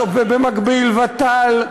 ובמקביל ות"ל,